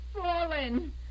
fallen